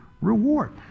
reward